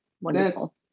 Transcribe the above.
wonderful